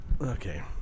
Okay